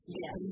Yes